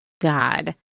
God